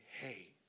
hey